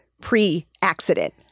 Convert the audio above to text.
pre-accident